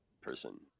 person